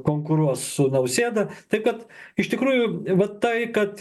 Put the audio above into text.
konkuruos su nausėda tai kad iš tikrųjų vat tai kad